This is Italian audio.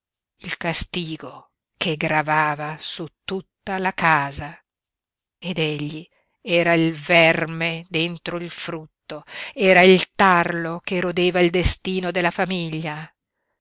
il castigo che gravava su tutta la casa ed egli era il verme dentro il frutto era il tarlo che rodeva il destino della famiglia